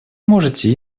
можете